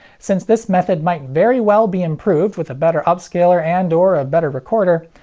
since this method might very well be improved with a better upscaler and or a better recorder,